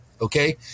Okay